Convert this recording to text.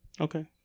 Okay